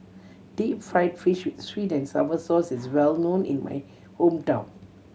deep fried fish with sweet and sour sauce is well known in my hometown